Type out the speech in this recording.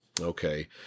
Okay